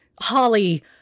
holly